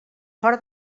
fora